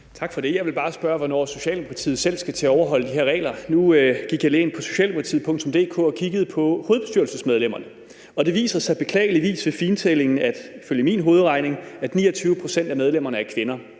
Tak for det. Jeg vil bare spørge, hvornår Socialdemokratiet selv skal til at overholde de her regler. Nu gik jeg lige ind på Socialdemokratiet.dk og kiggede på hovedbestyrelsesmedlemmerne, og det viser sig beklageligvis ved fintælling – ifølge min hovedregning – at 29 pct. af medlemmerne er kvinder.